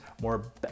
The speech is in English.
more